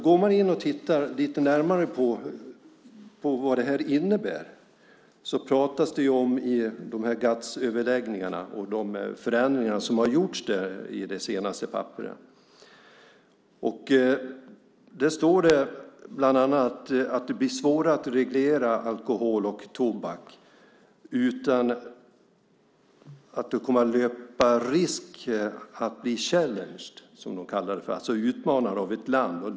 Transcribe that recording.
Går man in och tittar lite närmare på vad det här innebär ser man att det i GATS-överläggningarna pratas om de förändringar som har gjorts i det senaste papperet. Det står bland annat att det blir svårare att reglera alkohol och tobak utan att löpa risken att bli challenged , som de kallar det, alltså utmanade av ett land.